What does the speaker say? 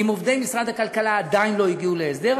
עם עובדי משרד הכלכלה עדיין לא הגיעו להסדר,